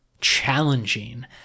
challenging